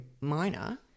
minor